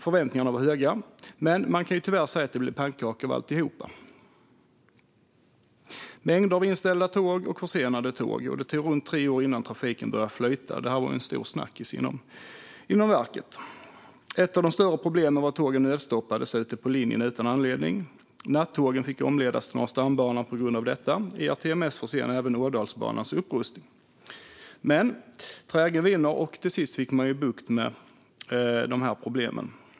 Förväntningarna var höga, men man kan säga att det tyvärr blev pannkaka av alltihop med mängder av inställda och försenade tåg. Det tog runt tre år innan trafiken började flyta. Detta var en stor snackis inom verket. Ett av de större problemen var att tågen nödstoppades ute på linjen utan anledning. Nattågen fick ledas om till Norra stambanan på grund av detta. ERTMS försenade även Ådalsbanans upprustning. Men trägen vinner, och till sist fick man bukt med problemen.